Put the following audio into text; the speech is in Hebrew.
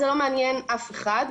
זה לא מעניין אף אחד,